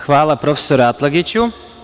Hvala, prof. Atlagiću.